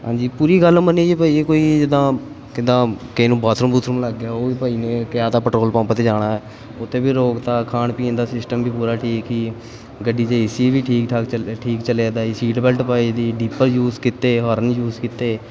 ਹਾਂਜੀ ਪੂਰੀ ਗੱਲ ਮੰਨੀ ਜੀ ਭਾਅ ਜੀ ਕੋਈ ਜਿੱਦਾਂ ਕਿੱਦਾਂ ਕਿਸੇ ਨੂੰ ਬਾਥਰੂਮ ਬੂਥਰੂਮ ਲੱਗ ਗਿਆ ਉਹ ਭਾਅ ਜੀ ਨੇ ਕਿਹਾ ਤਾਂ ਪੈਟਰੋਲ ਪੰਪ 'ਤੇ ਜਾਣਾ ਉੱਥੇ ਵੀ ਰੋਕਤਾ ਖਾਣ ਪੀਣ ਦਾ ਸਿਸਟਮ ਵੀ ਪੂਰਾ ਠੀਕ ਸੀ ਗੱਡੀ 'ਚ ਏ ਸੀ ਵੀ ਠੀਕ ਠਾਕ ਚੱ ਠੀਕ ਚੱਲਿਆ ਸੀਟ ਬੈਲਟ ਪਾਈ ਸੀ ਡੀਪਰ ਯੂਜ ਕੀਤੇ ਹੋਰਨ ਯੂਜ ਕੀਤੇ